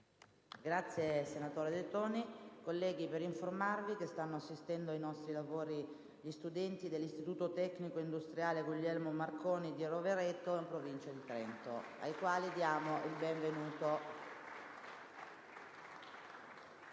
Onorevoli colleghi, vi informo che stanno assistendo ai nostri lavori gli studenti dell'Istituto tecnico industriale «Guglielmo Marconi» di Rovereto, in provincia di Trento, ai quali diamo il benvenuto.